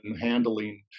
handling